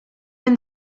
been